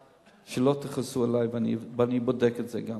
שלא תכעסו עלי, ואני גם בודק את זה: